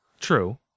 True